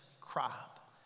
crop